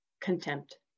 contempt